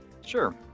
Sure